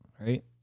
right